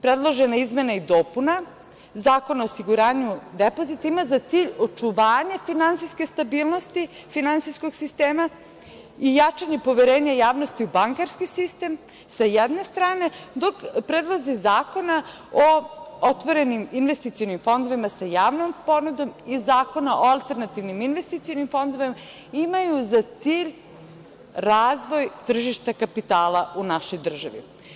Predložena izmena i dopuna Zakona o osiguranju depozita ima za cilj očuvanje finansijske stabilnosti finansijskog sistema i jačanje poverenja javnosti u bankarski sistem sa jedne strane, dok predlozi zakona o otvorenim investicionim fondovima sa javnom ponudom i Zakona o alternativnim investicionim fondovima imaju za cilj razvoj tržišta kapitala u našoj državi.